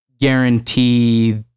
guarantee